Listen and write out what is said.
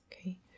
okay